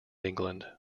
england